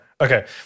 Okay